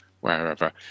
wherever